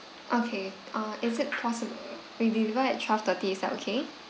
okay uh is it possible we deliver at twelve thirty is that okay